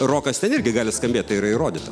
rokas ten irgi gali skambėt tai yra įrodyta